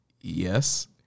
Yes